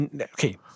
Okay